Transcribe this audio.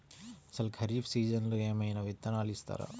అసలు ఖరీఫ్ సీజన్లో ఏమయినా విత్తనాలు ఇస్తారా?